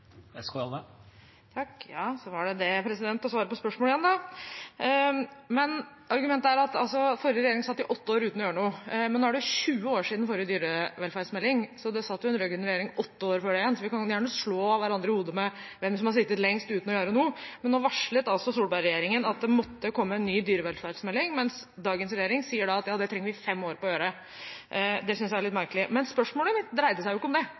Så var det det med å svare på spørsmål igjen da. Argumentet er altså at forrige regjering satt i åtte år uten å gjøre noe, men nå er det 20 år siden forrige dyrevelferdsmelding, så det satt jo en rød-grønn regjering ved makten i åtte år før det igjen. Vi kan gjerne slå hverandre i hodet med hvem som har sittet lengst uten å gjøre noe, men Solberg-regjeringen varslet at det måtte komme en ny dyrevelferdsmelding, mens dagens regjering sier at de trenger fem år på å gjøre det. Det synes jeg er litt merkelig. Men spørsmålet mitt dreide seg ikke om det.